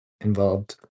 involved